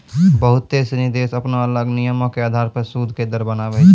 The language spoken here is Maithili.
बहुते सिनी देश अपनो अलग नियमो के अधार पे सूद के दर बनाबै छै